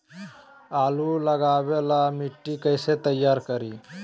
आलु लगावे ला मिट्टी कैसे तैयार करी?